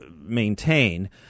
maintain